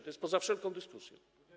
To jest poza wszelką dyskusją.